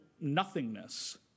nothingness